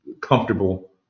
comfortable